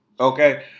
Okay